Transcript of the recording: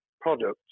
products